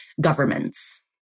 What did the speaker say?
governments